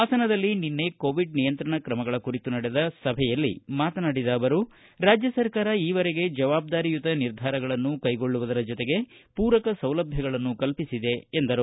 ಹಾಸನದಲ್ಲಿ ನಿನ್ನೆ ಕೊವಿಡ್ ನಿಯಂತ್ರಣ ಕ್ರಮಗಳ ಕುರಿತು ನಡೆದ ಸಭೆಯಲ್ಲಿ ಮಾತನಾಡಿದ ಅವರು ರಾಜ್ಯ ಸರ್ಕಾರ ಈವರೆಗೆ ಜವಾಬ್ದಾರಿಯುತ ನಿರ್ಧಾರಗಳನ್ನು ಕೈಗೊಳ್ಳುವ ಜೊತೆಗೆ ಪೂರಕ ಸೌಲಭ್ಯಗಳನ್ನು ಕಲ್ಲಿಸಿದೆ ಎಂದರು